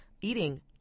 eating